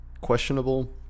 questionable